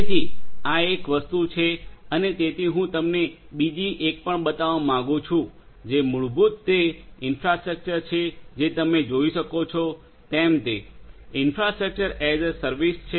તેથી આ એક વસ્તુ છે અને તેથી હું તમને બીજી એક પણ બતાવવા માંગું છું જે મૂળભૂત તે ઇન્ફ્રાસ્ટ્રક્ચર છે જે તમે જોઈ શકો છો તેમ તે ઇન્ફ્રાસ્ટ્રક્ચર એઝ એ સર્વિસ છે